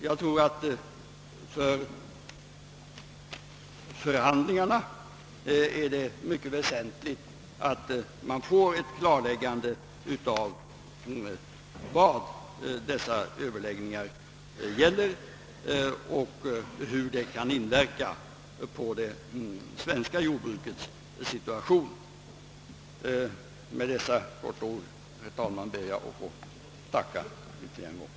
Jag tror att det med tanke på förhandlingarna är väsentligt att man får ett klarläggande av vad dessa överläggningar gäller och hur de kan inverka på det svenska jordbrukets situation. Med dessa kortfattade ord, herr talman, ber jag att få tacka för svaret.